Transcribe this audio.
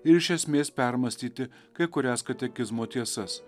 ir iš esmės permąstyti kai kurias katekizmo tiesas